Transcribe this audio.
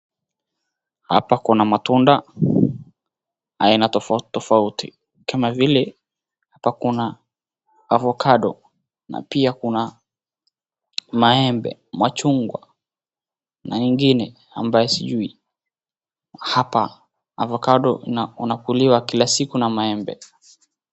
Hapa kuna matunda aina tofauti tofauti kama vile hapa kuna avocado na pia kuna maembe, machungwa na ingine ambaye sijui. Hapa avocado unakuliwa kila siku na maembe.